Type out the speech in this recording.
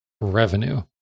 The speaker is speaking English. revenue